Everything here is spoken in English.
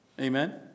Amen